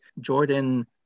Jordan